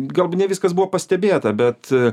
galb ne viskas buvo pastebėta bet